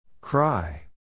Cry